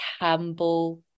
Campbell